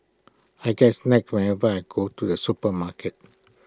I get whenever I go to the supermarket